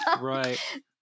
Right